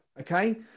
okay